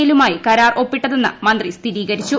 എല്ലുമായി കരാർ ഒപ്പിട്ടതെന്ന് മന്ത്രി സ്ഥിരീകരിച്ചു